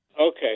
Okay